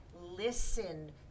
listen